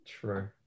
True